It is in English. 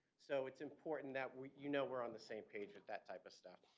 so it's important that you know we're on the same page with that type of stuff.